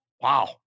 wow